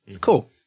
Cool